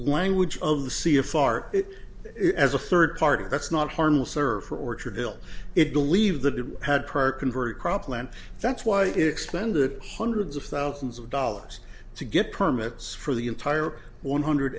language of c a far as a third party that's not harmless served for orchard hill it believed that it had per convert cropland that's why extended hundreds of thousands of dollars to get permits for the entire one hundred